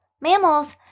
Mammals